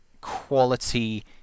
quality